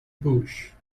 bush